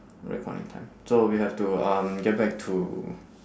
recording time so we have to um get back to